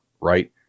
right